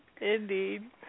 indeed